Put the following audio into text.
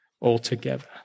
altogether